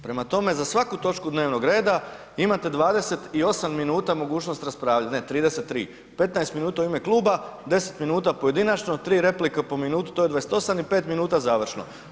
Prema tome, za svaku točku dnevnog reda imate 28 minuta mogućnost raspravljat, ne 33, 15 minuta u ime kluba, 10 minuta pojedinačno, 3 replike po minutu to je 28 i 5 minuta završno.